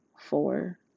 Four